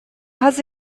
pas